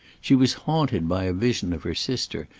she was haunted by a vision of her sister,